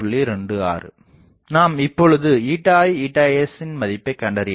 26 நாம் இப்பொழுது ηi ηs மதிப்பை கண்டறியலாம்